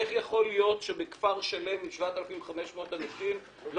איך יכול להיות שבכפר שלם עם 7,500 אנשים לא